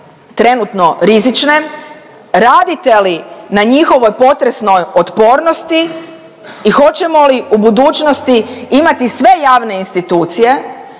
trenutno rizične, radite li na njihovoj potresnoj otpornosti i hoćemo li u budućnosti imati sve javne institucije